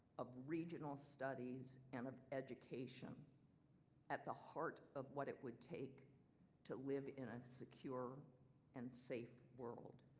of regional studies and of education at the heart of what it would take to live in a secure and safe world.